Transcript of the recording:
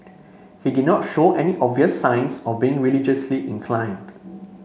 he did not show any obvious signs of being religiously inclined